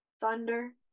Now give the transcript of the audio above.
Thunder